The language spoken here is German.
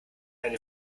eine